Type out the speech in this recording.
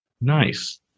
nice